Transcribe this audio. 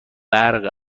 برق